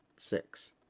Six